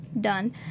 done